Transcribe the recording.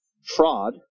fraud